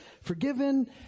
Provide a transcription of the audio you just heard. forgiven